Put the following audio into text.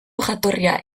jatorria